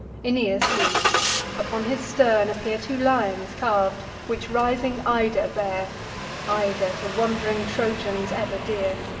aeneas leads upon his stern appear two lions carv'd, which rising ida bear ida, to wand'ring trojans ever dear.